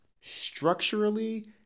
Structurally